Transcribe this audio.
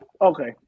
Okay